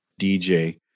DJ